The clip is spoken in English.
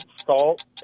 salt